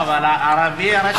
אבל ערבי, רק אחד.